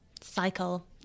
cycle